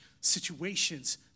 situations